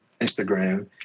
Instagram